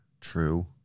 True